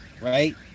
right